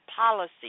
policy